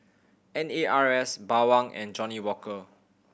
N A R S Bawang and Johnnie Walker